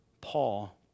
Paul